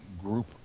group